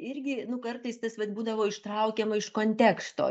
irgi nu kartais tas vat būdavo ištraukiama iš konteksto